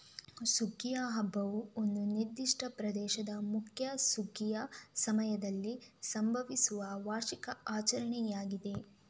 ಸುಗ್ಗಿಯ ಹಬ್ಬವು ಒಂದು ನಿರ್ದಿಷ್ಟ ಪ್ರದೇಶದ ಮುಖ್ಯ ಸುಗ್ಗಿಯ ಸಮಯದಲ್ಲಿ ಸಂಭವಿಸುವ ವಾರ್ಷಿಕ ಆಚರಣೆಯಾಗಿದೆ